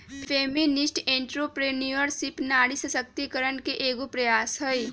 feminist entrepreneurship नारी सशक्तिकरण के एक प्रयास हई